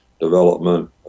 development